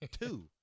two